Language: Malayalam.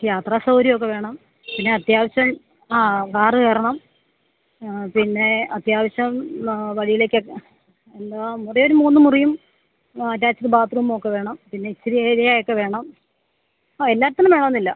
യാത്ര സൗകര്യമൊക്കെ വേണം പിന്നെ അത്യാവശ്യം ആ കാർ കയറണം പിന്നെ അത്യാവശ്യം വഴിയിലേക്കൊക്കെ എല്ലാം മൂന്ന് മുറിയും അറ്റാച്ച്ഡ് ബാത് റൂമൊക്കെ വേണം പിന്നെ ഇച്ചിരി ഏരിയാവൊക്കെ വേണം ആ എല്ലാറ്റിലും വേണമെന്നില്ല